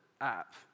app